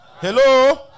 Hello